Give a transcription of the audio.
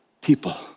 people